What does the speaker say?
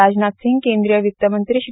राजनाथ सिंह केंद्रीय वित्तमंत्री श्री